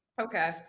okay